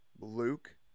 Luke